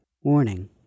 Warning